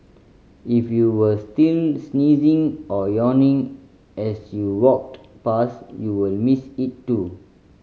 if you were still sneezing or yawning as you walked past you will miss it too